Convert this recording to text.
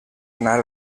anar